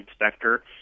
inspector